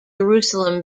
jerusalem